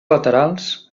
laterals